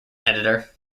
editor